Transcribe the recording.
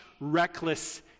reckless